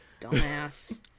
Dumbass